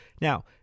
Now